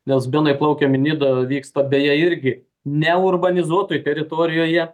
nes benai plaukiam į nidą vyksta beje irgi neurbanizuotoj teritorijoje